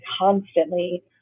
constantly